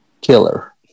killer